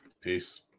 Peace